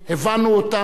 הבנו אותם.